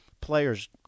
players